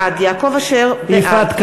בעד יפעת קריב,